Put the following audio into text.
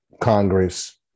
Congress